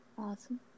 awesome